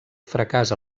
fracàs